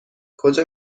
کجا